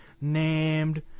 named